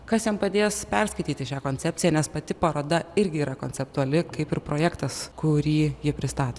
kas jam padės perskaityti šią koncepciją nes pati paroda irgi yra konceptuali kaip ir projektas kurį ji pristato